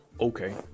Okay